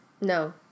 No